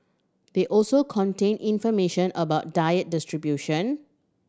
they also contain information about diet distribution